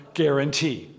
guarantee